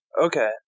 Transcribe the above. Okay